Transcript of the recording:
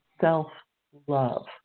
self-love